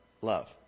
love